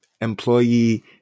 employee